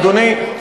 אדוני,